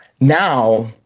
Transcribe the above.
now